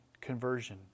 conversion